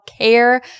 care